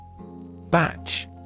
Batch